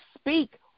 speak